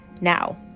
Now